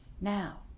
now